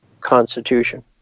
constitution